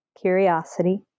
curiosity